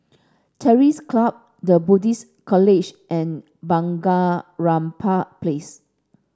Terrors Club The Buddhist College and Bunga Rampai Place